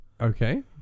Okay